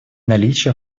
наличие